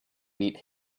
beat